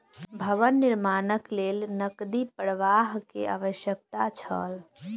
भवन निर्माणक लेल नकदी प्रवाह के आवश्यकता छल